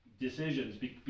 decisions